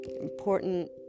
important